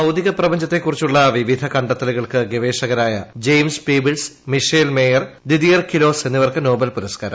ഭൌതിക പ്രപഞ്ചശാസ്ത്രത്തെ കുറിച്ചുള്ള വിവിധ കണ്ടെത്തലുകൾക്ക് ഗവേഷകരായ James Peebles Michel Mayor Didier Queloz എന്നിവർക്ക് നോബൽ പുരസ്കാരം